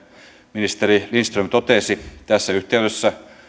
ministeri lindström totesi tässä yhteydessä